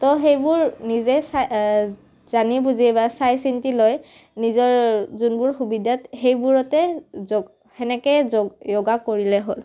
তো সেইবোৰ নিজে চা জানি বুজি বা চাই চিন্তি লৈ নিজৰ যোনবোৰ সুবিধাত সেইবোৰতে যো সেনেকৈ যোগা কৰিলেই হ'ল